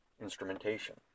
instrumentation